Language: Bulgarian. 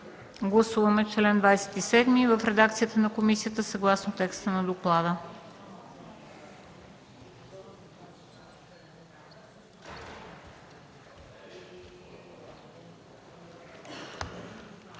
Гласуваме чл. 27 в редакцията на комисията, съгласно текста на доклада.